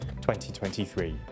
2023